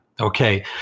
Okay